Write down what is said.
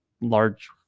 large